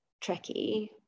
tricky